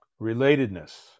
Relatedness